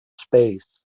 space